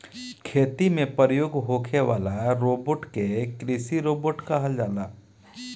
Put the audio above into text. खेती में प्रयोग होखे वाला रोबोट के कृषि रोबोट कहल जाला